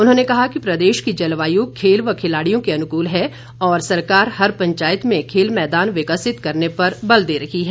उन्होंने कहा कि प्रदेश की जलवायु खेल और खिलाड़ियों के अनुकूल है और सरकार हर पंचायत में खेल मैदान विकसित करने पर बल दे रही है